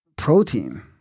Protein